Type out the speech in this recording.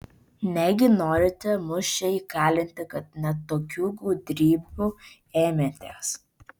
negi norite mus čia įkalinti kad net tokių gudrybių ėmėtės